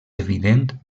evident